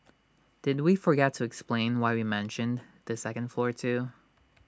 did we forget to explain why we mentioned the second floor too